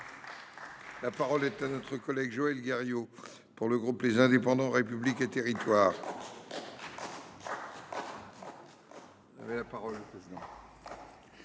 La parole est à notre collègue Joël Guerriau pour le groupe les indépendants République et Thierry.